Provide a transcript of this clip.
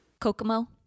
Kokomo